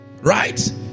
Right